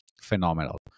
phenomenal